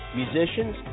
musicians